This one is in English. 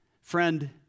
Friend